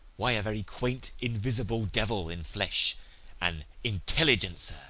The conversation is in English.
why, a very quaint invisible devil in flesh an intelligencer.